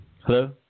Hello